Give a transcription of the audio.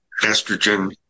estrogen